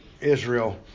Israel